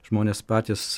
žmonės patys